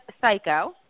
psycho